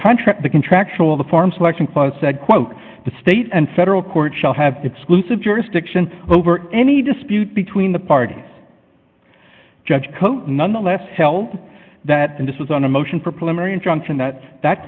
contract the contractual the form selection clause said quote the state and federal court shall have exclusive jurisdiction over any dispute between the parties judge cote nonetheless held that this was on a motion for a preliminary injunction that that